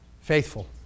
faithful